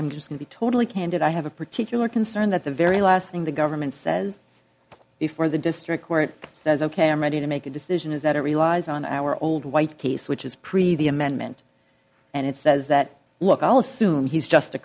i'm just going to be totally candid i have a particular concern that the very last thing the government says before the district where it says ok i'm ready to make a decision is that it relies on our old white case which is pretty the amendment and it says that look i'll assume he's just a